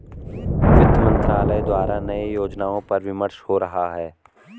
वित्त मंत्रालय द्वारा नए योजनाओं पर विमर्श हो रहा है